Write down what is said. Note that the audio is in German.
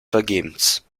vergebens